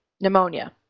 pneumonia